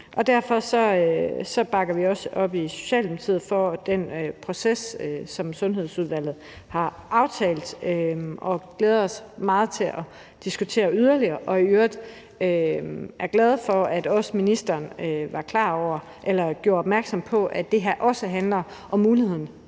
Derfor bakker vi i Socialdemokratiet også op om den proces, som Sundhedsudvalget har aftalt. Vi glæder os meget til at diskutere det yderligere, og vi er i øvrigt glade for, at ministeren gjorde opmærksom på, at det her også handler om muligheden